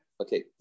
Okay